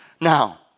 now